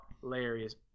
hilarious